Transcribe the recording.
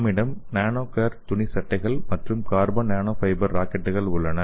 நம்மிடம் nano care துணி சட்டைகள் மற்றும் கார்பன் நானோ ஃபைபர் ராக்கெட்டுகள் உள்ளன